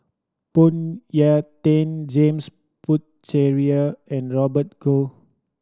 Phoon Yew Tien James Puthucheary and Robert Goh